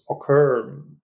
occur